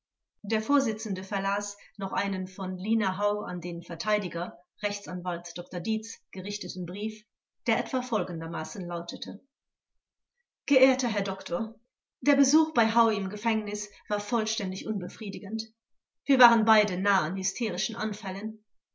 der vorsitzende verlas noch einen von lina hau an den verteidiger rechtsanwalt dr dietz gerichteten brief der etwa folgendermaßen lautete geehrter herr doktor der besuch bei hau im gefängnis war vollständig unbefriedigend wir waren beide nahe an hysterischen anfällen